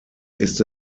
ist